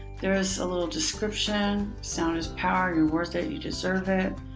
there is a little description. sound is power. you're worth it. you deserve it.